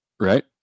right